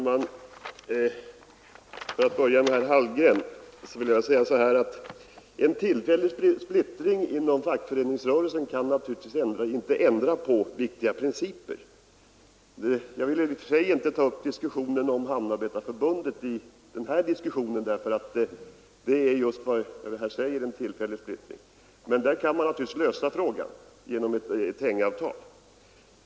Herr talman! Till herr Hallgren vill jag säga att en tillfällig splittring inom fackföreningsrörelsen naturligtvis inte kan ändra viktiga principer. Jag vill inte i och för sig ta upp någon diskussion om Hamnarbetarförbundet i detta sammanhang, eftersom det är fråga just om en tillfällig splittring, men i ett sådant fall kan man naturligtvis lösa problemet genom ett hängavtal.